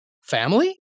family